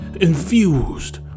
infused